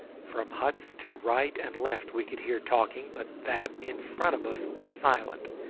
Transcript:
from huts to right and left we could hear talking, but that in front of us was silent,